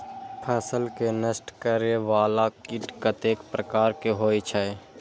फसल के नष्ट करें वाला कीट कतेक प्रकार के होई छै?